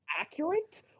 accurate